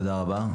תודה רבה.